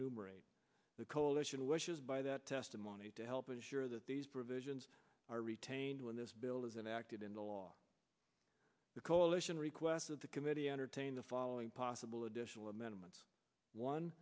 numerate the coalition wishes by that testimony to help ensure that these provisions are retained when this bill is and acted in the law the coalition requests of the committee entertain the following possible additional amendments one